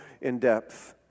in-depth